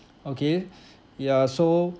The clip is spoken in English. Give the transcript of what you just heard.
okay ya so